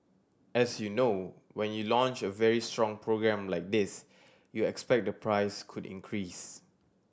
as you know when you launch a very strong program like this you expect the price could increase